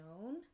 known